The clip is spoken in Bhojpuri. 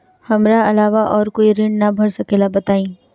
हमरा अलावा और कोई ऋण ना भर सकेला बताई?